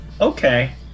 Okay